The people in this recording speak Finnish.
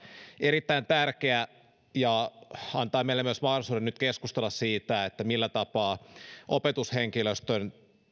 erittäin tärkeä ja antaa meille myös mahdollisuuden nyt keskustella siitä millä tapaa opetushenkilöstön